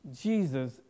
Jesus